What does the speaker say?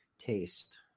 taste